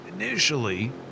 Initially